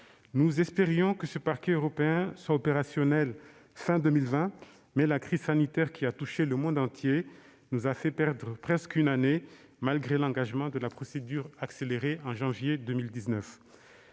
Nous espérions que ce Parquet européen soit opérationnel à la fin de 2020, mais la crise sanitaire qui a touché le monde entier nous a fait perdre presque une année, malgré l'engagement de la procédure accélérée en janvier 2019.